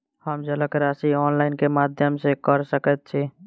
हम जलक राशि ऑनलाइन केँ माध्यम सँ कऽ सकैत छी?